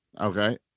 Okay